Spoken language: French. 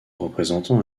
représentant